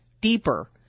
Deeper